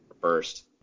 First